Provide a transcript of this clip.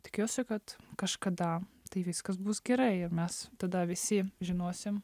tikiuosi kad kažkada tai viskas bus gerai ir mes tada visi žinosim